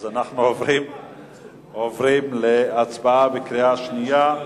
אז אנחנו עוברים להצבעה בקריאה שנייה.